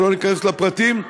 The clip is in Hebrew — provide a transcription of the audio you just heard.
ולא ניכנס לפרטים,